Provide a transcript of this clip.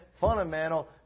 fundamental